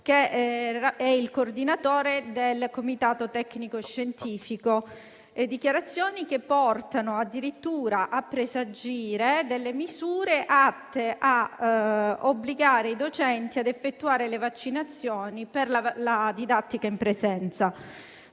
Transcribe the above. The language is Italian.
che è il coordinatore del Comitato tecnico-scientifico. Si tratta di dichiarazioni che portano addirittura a presagire misure atte a obbligare i docenti a effettuare le vaccinazioni per la didattica in presenza,